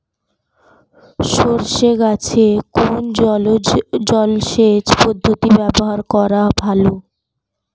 সরষে গাছে কোন জলসেচ পদ্ধতি ব্যবহার করা ভালো?